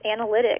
analytics